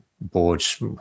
boards